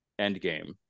Endgame